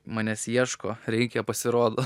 manęs ieško reikia pasirodo